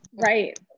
Right